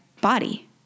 body